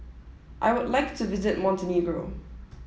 I would like to visit Montenegro